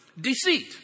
deceit